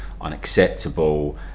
unacceptable